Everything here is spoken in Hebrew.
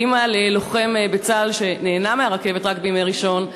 כאימא ללוחם בצה"ל שנהנה מהרכבת רק בימי ראשון,